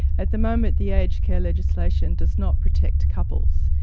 at the moment the aged care legislation does not protect couples,